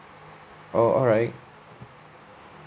oh alright